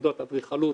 אופציות והזדמנויות,